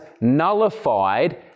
nullified